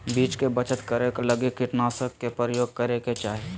बीज के बचत करै लगी कीटनाशक के प्रयोग करै के चाही